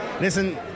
listen